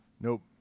Nope